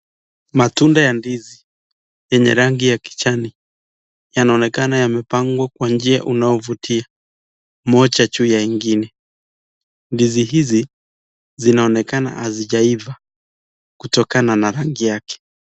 Matunda ya ndizi yenye rangi ya kijani yanaonekana yamepangwa kwa njia unaovutia moja juu ya ingine. Ndizi hizi zinaonekana hazijaiva kutokana na rangi yake.